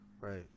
right